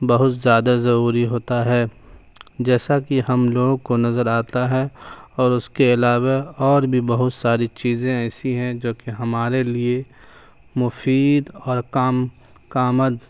بہت زیادہ ضروری ہوتا ہے جیسا کہ ہم لوگوں کو نظر آتا ہے اور اس کے علاوہ اور بھی بہت ساری چیزیں ایسی ہیں جو کہ ہمارے لیے مفید اور کام کامد